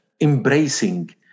embracing